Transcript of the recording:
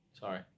Sorry